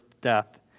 death